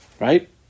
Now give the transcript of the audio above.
Right